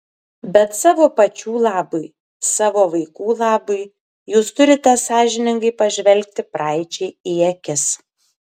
bet savo pačių labui savo vaikų labui jūs turite sąžiningai pažvelgti praeičiai į akis